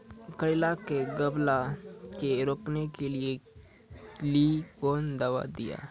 करेला के गलवा के रोकने के लिए ली कौन दवा दिया?